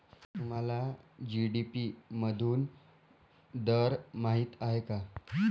तुम्हाला जी.डी.पी मधून दर माहित आहे का?